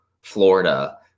Florida